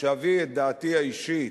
שאביא את דעתי האישית,